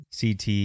CT